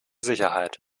sicherheit